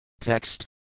Text